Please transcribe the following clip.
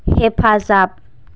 हेफाजाब